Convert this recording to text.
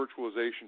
virtualization